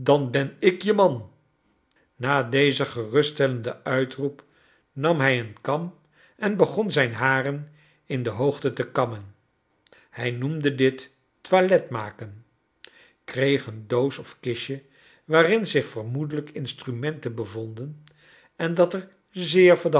dan ben ik je man na dezen geruststellenden uitroep nam hij een kam en begon zijn haren in de hoogte te kanimen hij noemde dit toilet maken kreeg een doos of kistje waarin zich vermoedelijk instrumenten bevonden en dat er zeer